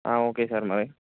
okay sir మరి